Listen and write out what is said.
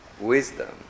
wisdom